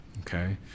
okay